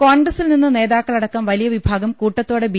കോൺഗ്രസിൽ നിന്ന് നേതാക്കളടക്കം വലിയവിഭാഗം കൂട്ട ത്തോടെ ബി